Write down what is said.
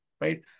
Right